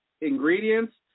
ingredients